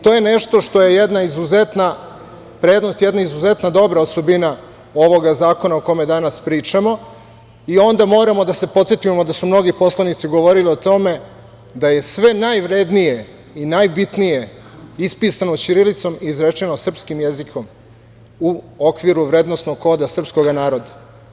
To je nešto što je jedna izuzetna prednost, jedna izuzetno dobra osobina ovoga zakona o kome danas pričamo i onda moramo da se podsetimo da su mnogi poslanici govorili o tome da je sve najvrednije i najbitnije ispisano ćirilicom i izrečeno srpskim jezikom u okviru vrednosnog koda srpskoga naroda.